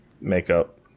makeup